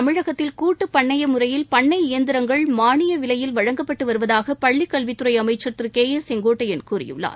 தமிழகத்தில் கூட்டு பண்ணைய முறையில் பண்ணை இயந்திரங்கள் மாளிய விலையில் வழங்கப்பட்டு வருவதாக பள்ளிக்கல்வித்துறை அமைச்சர் திரு கே ஏ செங்கோட்டையன் கூறியுள்ளார்